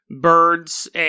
birds